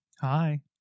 Hi